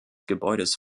gebäudes